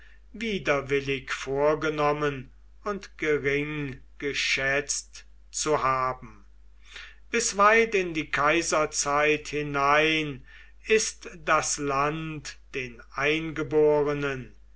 widerwillig vorgenommen und geringgeschätzt zu haben bis weit in die kaiserzeit hinein ist das land den eingeborenen